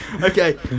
Okay